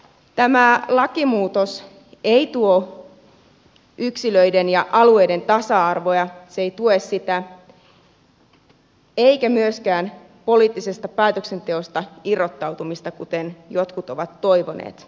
tämä lakimuutos ei tue yksilöiden ja alueiden tasa arvoja eikä myöskään poliittisesta päätöksenteosta irrottautumista kuten jotkut ovat toivoneet